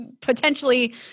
potentially